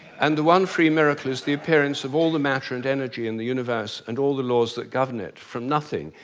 and the one free miracle is the appearance of all the matter and energy in the universe and all the laws that govern it, from nothing,